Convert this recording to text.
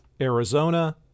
Arizona